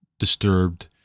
disturbed